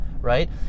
right